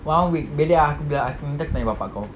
one week bedek ah aku bilang nanti aku tanya bapa kau